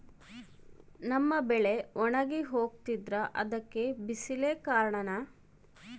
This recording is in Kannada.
ನಮ್ಮ ಬೆಳೆ ಒಣಗಿ ಹೋಗ್ತಿದ್ರ ಅದ್ಕೆ ಬಿಸಿಲೆ ಕಾರಣನ?